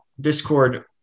Discord